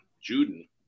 Juden